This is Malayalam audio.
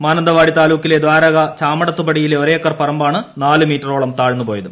മാനന്തവാടി താലൂക്കിലെ ദ്വാരക ചാമടത്തു പടിയിലെ ഒരേക്കർ പറ്ബാണ് നാലു മീറ്ററോളം താഴ്ന്നു പോയത്